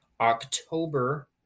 October